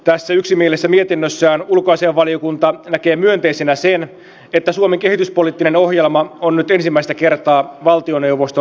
tässä yksimielisessä mietinnössään ulkoasiainvaliokunta näkee myönteisenä sen että suomen kehityspoliittinen ohjelma on nyt ensimmäistä kertaa valtioneuvoston selonteko